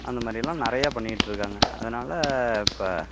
அந்த மாதிரியெல்லாம் நிறையா பண்ணிக்கிட்டு இருக்காங்க அதனால் இப்போ